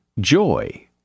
joy